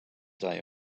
day